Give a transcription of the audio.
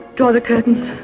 draw the curtains.